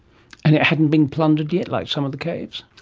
and it hadn't been plundered yet like some other caves?